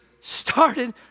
started